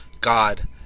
god